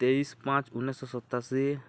ତେଇଶ ପାଞ୍ଚ ଉଣେଇଶହ ସତାଅଶୀ